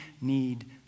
need